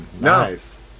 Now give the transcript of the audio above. Nice